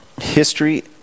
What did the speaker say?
history